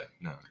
no